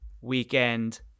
weekend